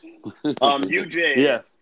UJ